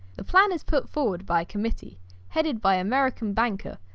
the plan is put forward by committee headed by american banker,